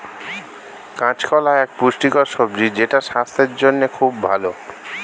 কাঁচা কলা এক পুষ্টিকর সবজি যেটা স্বাস্থ্যের জন্যে খুব ভালো